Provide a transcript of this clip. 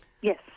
Yes